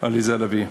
עליזה לביא,